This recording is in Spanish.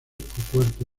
cuarto